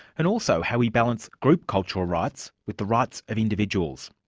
and also how we balance group cultural rights with the rights of individuals.